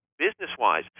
business-wise